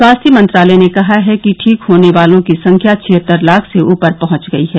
स्वास्थ्य मंत्रालय ने कहा है कि ठीक होने वालों की संख्या छिहत्तर लाख से ऊपर पहुंच गई है